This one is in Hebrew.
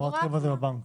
הוראת קבע זה בבנק.